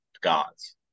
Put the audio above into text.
gods